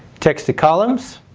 text to columns.